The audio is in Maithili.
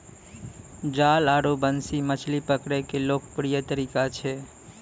जाल आरो बंसी मछली पकड़ै के लोकप्रिय तरीका छै